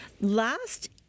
Last